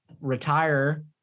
retire